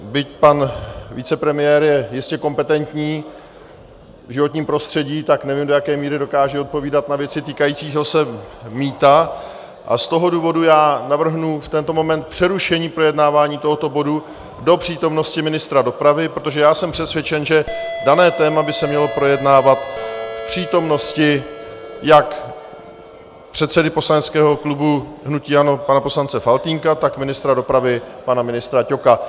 Byť pan vicepremiér je jistě kompetentní v životním prostředí, tak nevím, do jaké míry dokáže odpovídat na věci týkající se mýta, a z toho důvodu navrhnu v tento moment přerušení projednávání tohoto bodu do přítomnosti ministra dopravy, protože já jsem přesvědčen, že dané téma by se mělo projednávat v přítomnosti jak předsedy poslaneckého klubu hnutí ANO pana poslance Faltýnka, tak ministra dopravy pana ministra Ťoka.